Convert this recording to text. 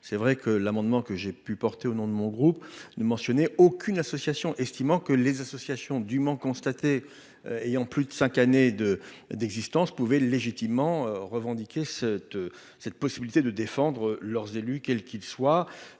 c'est vrai que l'amendement que j'ai pu porter au nom de mon groupe ne mentionnait aucune association, estimant que les associations du Mans constatée ayant plus de 5 années de d'existence pouvaient légitimement revendiquer cette cette possibilité de défendre leurs élus, quels qu'ils soient